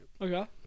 Okay